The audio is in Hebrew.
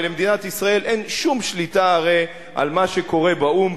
ולמדינת ישראל אין שום שליטה הרי על מה שקורה באו"ם,